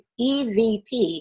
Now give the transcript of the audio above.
EVP